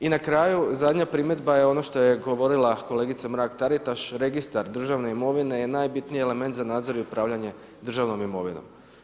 I na kraju zadnja primjedba je ono što je govorila kolegica Mrak-Taritaš državne imovine je najbitniji element za nadzor i upravljanje državnom imovinom.